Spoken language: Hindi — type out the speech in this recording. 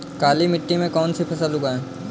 काली मिट्टी में कौन सी फसल लगाएँ?